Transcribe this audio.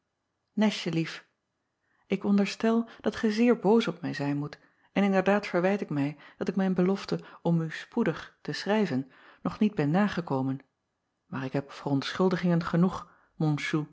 estje lief k onderstel dat gij zeer boos op mij zijn moet en inderdaad verwijt ik mij dat ik mijn belofte om u spoedig te schrijven nog niet ben nagekomen maar ik heb verontschuldigingen genoeg